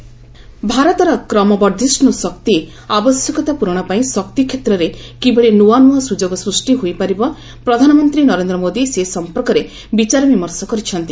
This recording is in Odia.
ପିଏମ୍ ସିଇଓଏସ୍ ମିଟ୍ ଭାରତର କ୍ରମବର୍ଦ୍ଧିଷ୍ଟୁ ଶକ୍ତି ଆବଶ୍ୟକତା ପୂରଣ ପାଇଁ ଶକ୍ତି କ୍ଷେତ୍ରରେ କିଭଳି ନୂଆ ନୂଆ ସୁଯୋଗ ସୃଷ୍ଟି ହୋଇପାରିବ ପ୍ରଧାନମନ୍ତ୍ରୀ ନରେନ୍ଦ୍ର ମୋଦି ସେ ସମ୍ପର୍କରେ ବିଚାରବିମର୍ଶ କରିଛନ୍ତି